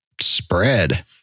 spread